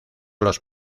los